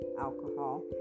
alcohol